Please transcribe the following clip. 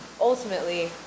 ultimately